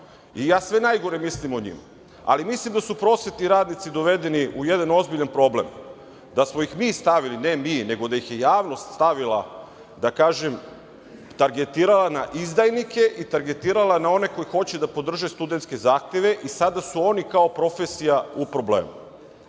i ja sve najgore mislim o njima, ali mislim da su prosvetni radnici dovedeni u jedan ozbiljan problem, da smo ih mi stavili… Ne mi, nego da ih je javnost stavila, da kažem targetirala na izdajnike i targetirala na one koji hoće da podrže studentske zahteve i sada su oni kao profesija u problemu. Ja